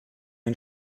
ein